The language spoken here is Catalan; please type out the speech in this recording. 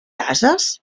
ases